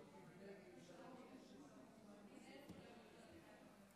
אני אנצל את ההזדמנות הזאת להגיד לך שבקשר לעו"ד גוטליב יש חוויה,